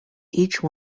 each